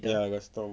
ya restam